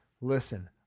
listen